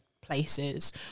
places